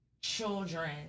children